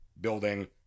building